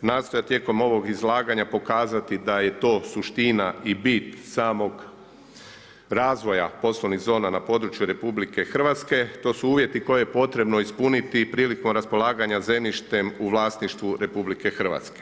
nastojati tijekom ovog izlaganja pokazati da je to suština i bit samog razvoja poslovnih zona na području RH, to su uvjeti koje je potrebno ispuniti i prilikom raspolaganja zemljištem u vlasništvu RH.